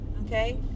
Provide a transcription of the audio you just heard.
okay